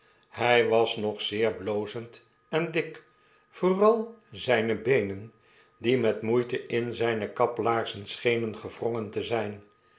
hij was nog zeer blozend en dik vooral zyne beenen die met moeitein zyne kaplaarzen schenen gewrongen te zyn